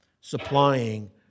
supplying